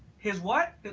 his what?